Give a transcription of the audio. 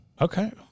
Okay